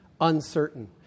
uncertain